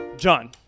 John